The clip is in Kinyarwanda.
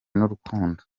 n’urukundo